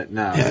now